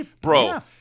bro